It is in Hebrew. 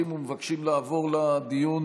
אזולאי,